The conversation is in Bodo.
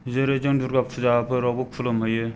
जेरै जों दुर्गा पुजाफोरावबो खुलुम हैयो